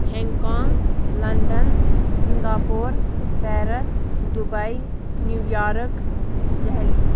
hang Kong London Singapore Paris Dubai New York Delhi